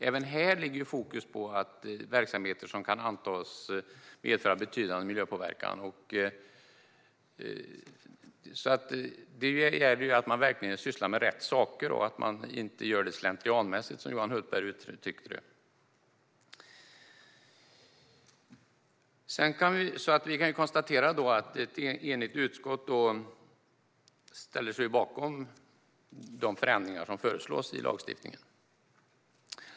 Även här ligger fokus på verksamheter som kan antas medföra betydande miljöpåverkan, så det gäller att man verkligen sysslar med rätt saker och inte gör det slentrianmässigt, som Johan Hultberg uttryckte det. Vi kan konstatera att ett enigt utskott ställer sig bakom de förändringar som föreslås i lagstiftningen.